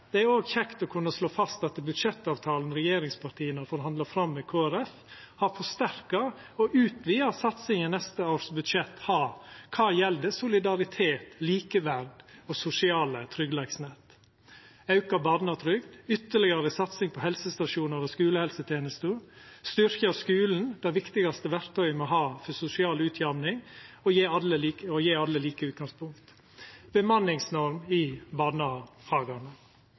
Det er òg kjekt å kunna slå fast at budsjettavtalen regjeringspartia har forhandla fram med Kristeleg Folkeparti, har forsterka og utvida satsinga i neste års budsjett kva gjeld solidaritet, likeverd og sosiale tryggingsnett – auka barnetrygd, ytterlegare satsing på helsestasjonar og skulehelsetenester, styrking av skulen, som er det viktigaste verktøyet me har for sosial utjamning og å gje alle like utgangspunkt, og ein bemanningsnorm i